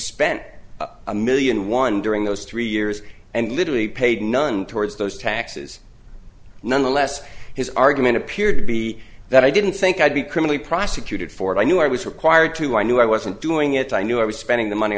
spent a million one during those three years and literally paid none towards those taxes nonetheless his argument appeared to be that i didn't think i'd be criminally prosecuted for it i knew i was required to i knew i wasn't doing it i knew i was spending the money